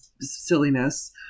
silliness